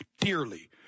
dearly